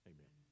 Amen